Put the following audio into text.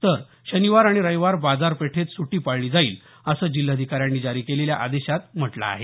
तर शनिवार आणि रविवार बाजार पेठेत सूट्टी पाळली जाईल असं जिल्हाधिकाऱ्यांनी जारी केलेल्या आदेशात म्हटलं आहे